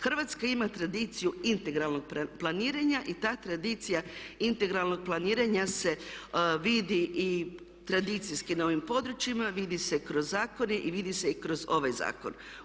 Hrvatska ima tradiciju integralnog planiranja i ta tradicija integralnog planira se vidi i tradicijski na ovim područjima, vidi se kroz zakone i vidi se i kroz ovaj zakon.